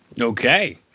Okay